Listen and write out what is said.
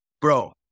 Bro